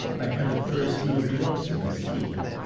i had at first no glimpse of miss tita.